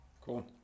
Cool